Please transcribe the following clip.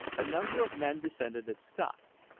a number of men descended at scott's.